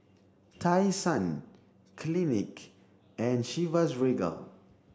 Tai Sun Clinique and Chivas Regal